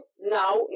now